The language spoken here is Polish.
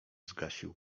zgasił